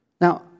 Now